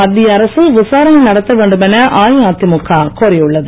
மத்திய அரசு விசாரணை நடத்த வேண்டும் என அஇஅதிமுக கோரியுள்ளது